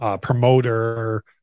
promoter